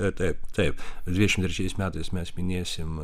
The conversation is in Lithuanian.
taip taip dvidešimt trečiais metais mes minėsim